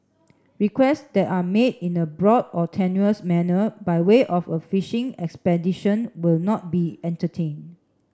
requests that are made in a broad or tenuous manner by way of a fishing expedition will not be entertained